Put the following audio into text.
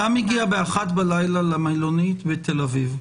אדם מגיע ב-1:00 בלילה למלונית בתל אביב.